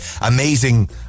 amazing